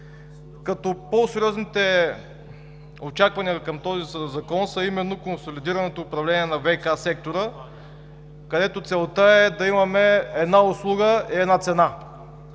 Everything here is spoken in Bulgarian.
По-сериозните очаквания към този закон е именно консолидираното управление на ВиК сектора, където целта е да имаме една услуга – една цена.